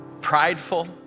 prideful